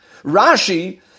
Rashi